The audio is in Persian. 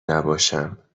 نباشم